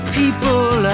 people